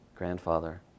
grandfather